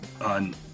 on